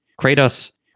Kratos